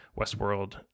Westworld